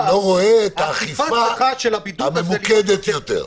אני לא רואה את האכיפה הממוקדת יותר.